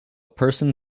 person